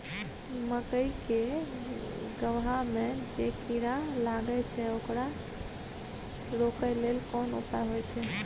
मकई के गबहा में जे कीरा लागय छै ओकरा रोके लेल कोन उपाय होय है?